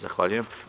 Zahvaljujem.